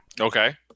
Okay